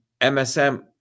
MSM